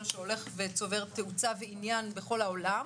שהולך וצובר תאוצה ועניין בכל העולם.